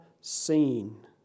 seen